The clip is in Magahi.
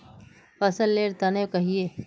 फसल लेर तने कहिए?